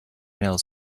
nails